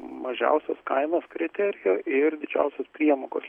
mažiausios kainos kriterijų ir didžiausios priemokos